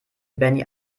benny